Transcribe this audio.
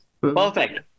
Perfect